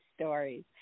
stories